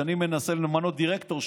כשאני מנסה למנות דירקטור,